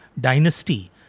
dynasty